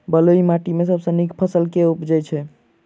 बलुई माटि मे सबसँ नीक फसल केँ उबजई छै?